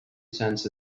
cents